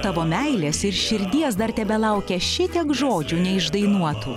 tavo meilės ir širdies dar tebelaukia šitiek žodžių neišdainuotų